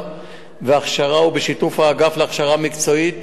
והכשרה ובשיתוף האגף להכשרה מקצועית